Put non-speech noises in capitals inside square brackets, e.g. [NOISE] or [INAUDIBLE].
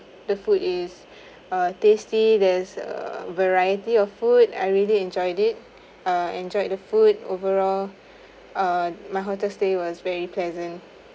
the food is [BREATH] uh tasty there's a variety of food I really enjoyed it uh enjoyed the food overall [BREATH] uh my hotel stay was very pleasant